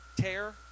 tear